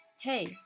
Hey